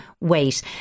wait